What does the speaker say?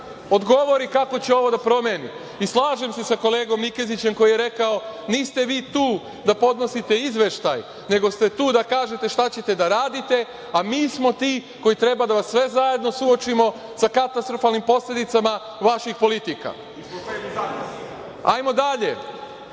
odgovori kako će ovo da promeni. Slažem se sa kolegom Nikezićem koji je rekao - niste vi tu da podnosite izveštaj, nego ste tu da kažete šta ćete da radite, a mi smo ti koji treba da vas sve zajedno suočimo sa katastrofalnim posledicama vaših politika. Od